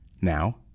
Now